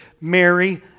Mary